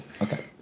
Okay